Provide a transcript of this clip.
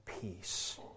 peace